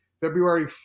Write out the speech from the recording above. February